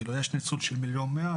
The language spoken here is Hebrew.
כלומר יש ניצול של מיליון מאה,